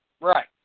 Right